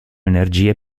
energia